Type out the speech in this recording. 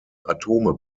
atome